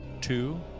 two